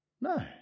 no